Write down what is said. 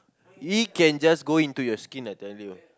it can just go into your skin I tell you